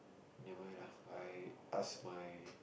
never mind lah I ask my